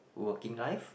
working life